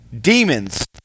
demons